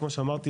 כמו שאמרתי,